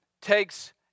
takes